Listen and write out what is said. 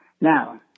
Now